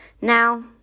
now